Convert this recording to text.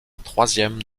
troisième